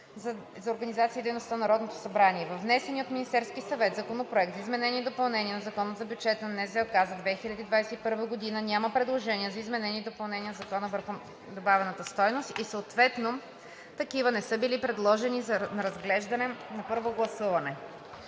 за организацията и дейността на Народното събрание. Във внесения от Министерския съвет Законопроект за изменение и допълнение на Закона за бюджета на НЗОК за 2021 г. няма предложения за изменения и допълнения в Закона за данък върху добавената стойност и съответно такива не са били подложени на разглеждане па първо гласуване.